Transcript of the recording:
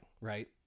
right